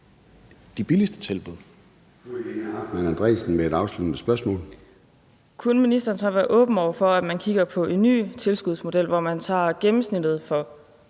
Andresen (LA): Kunne ministeren så være åben over for, at man kigger på en ny tilskudsmodel, hvor man tager gennemsnittet for